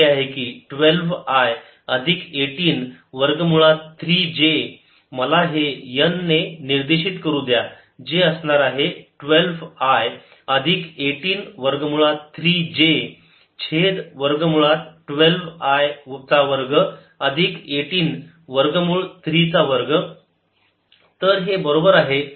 fxy36 fxyx∂xy∂yz∂zfxy8xi18yj fxy।32312i183j तर हे vector जे असे दिले आहे 12 i अधिक 18 वर्ग मुळात 3 j मला हे n ने निर्देशित करू द्या जे असणार आहे 12 i अधिक 18 वर्ग मुळात 3 j छेद वर्ग मुळात 12 चा वर्ग अधिक 18 वर्गमूळ 3 चा वर्ग तर हे बरोबर आहे 18 चा वर्ग गुणिले 3